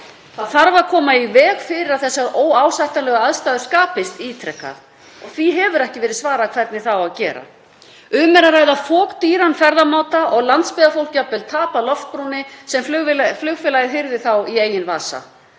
Það þarf að koma í veg fyrir að þessar óásættanlegu aðstæður skapist ítrekað og því hefur ekki verið svarað hvernig það á að gera. Um er að ræða fokdýran ferðamáta og landsbyggðarfólk tapar jafnvel Loftbrúnni sem flugfélagið hirðir þá í eigin vasa.